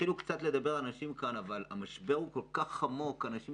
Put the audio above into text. התחילו קצת לדבר אבל המשבר הוא כל כך עמוק, אנשים